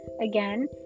again